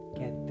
get